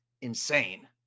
insane